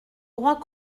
droit